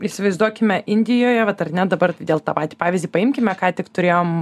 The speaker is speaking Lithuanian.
įsivaizduokime indijoje vat ar ne dabar vėl tą patį pavyzdį paimkime ką tik turėjom